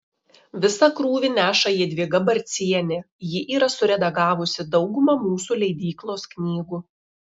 visą krūvį neša jadvyga barcienė ji yra suredagavusi daugumą mūsų leidyklos knygų